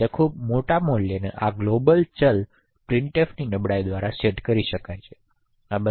તેથી આ રીતેખૂબ મોટા મૂલ્યોને આ ગ્લોબલ ચલ પ્રિન્ટફની નબળાઈ દ્વારા સેટ કરી શકાય છે